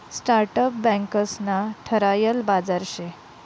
startup बँकंस ना ठरायल बाजार शे